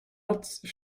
else